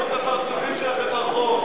אל תראו את הפרצופים שלכם ברחוב.